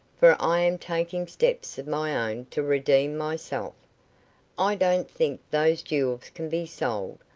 for i am taking steps of my own to redeem myself i don't think those jewels can be sold,